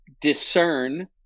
discern